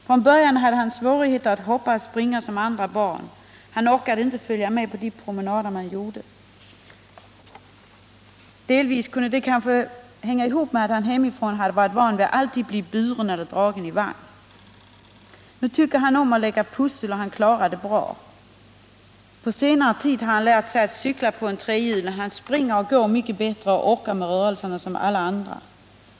Från början hade han svårigheter att hoppa och springa som andra barn. Han orkade inte följa med på de promenader man gjorde. Delvis kunde detta kanske förklaras av att han hemma hade varit van vid att alltid bli buren eller dragen i vagn. Nu tycker han om att lägga pussel, och han klarar detta bra. På senare tid har han lärt sig att cykla på en trehjuling, och han springer och går mycket bättre och orkar med rörelserna som alla andra.